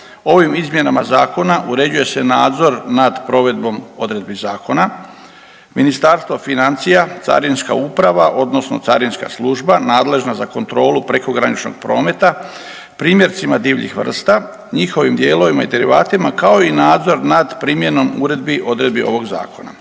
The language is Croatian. ovim izmjenama zakona uređuje se nadzor nad provedbom odredbi zakona, Ministarstvo financija, Carinska uprava odnosno Carinska služba nadležna za kontrolu prekograničnog prometa primjercima divljih vrsta, njihovim dijelovima i derivatima, kao i nadzor nad primjenom uredbi i odredbi ovog zakona.